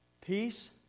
Peace